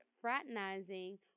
fraternizing